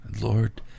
lord